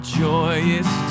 joyous